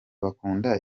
bakunda